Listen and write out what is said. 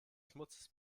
schmutzes